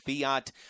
Fiat